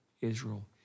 Israel